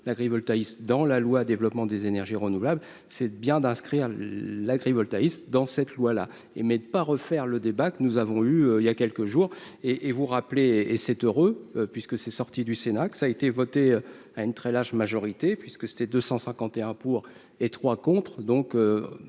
l'agrivoltaïsme dans la loi, développement des énergies renouvelables, c'est bien d'inscrire l'agrivoltaïsme dans cette loi là et mais pas refaire le débat que nous avons eu, il y a quelques jours et et vous rappelez, et c'est heureux, puisque c'est sorti du Sénat, que ça a été voté à une très large majorité, puisque c'était 251 pour et 3 contre